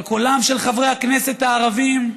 אבל קולם של חברי הכנסת הערבים,